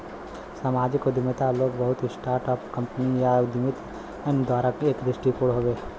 सामाजिक उद्यमिता लोग, समूह, स्टार्ट अप कंपनी या उद्यमियन द्वारा एक दृष्टिकोण हउवे